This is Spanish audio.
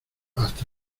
hasta